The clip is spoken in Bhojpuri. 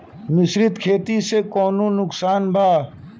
मिश्रित खेती से कौनो नुकसान बा?